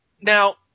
Now